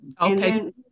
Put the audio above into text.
Okay